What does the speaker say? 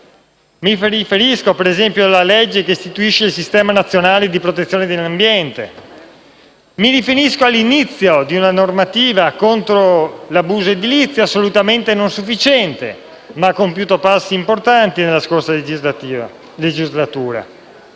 Mi riferisco - per esempio - alla legge che istituisce il sistema nazionale di protezione dell'ambiente. Mi riferisco all'inizio di una normativa contro l'abuso edilizio assolutamente non sufficiente, ma che ha compiuto passi importanti nella scorsa legislatura.